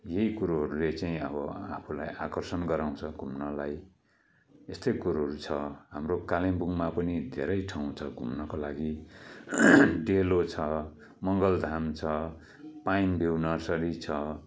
यही कुरोहरले चाहिँ अब आफूलाई आकर्षण गराउँछ घुम्नलाई यस्तै कुरोहरू छ हाम्रो कालिम्पोङमा पनि धेरै ठाउँ छ घुम्नको लागि डेलो छ मङ्गलधाम छ पाइन भ्यू नर्सरी छ